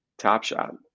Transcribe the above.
TopShot